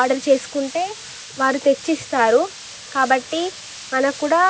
order చేసుకుంటే వారు తెచ్చిస్తారు కాబట్టి మనకు కూడా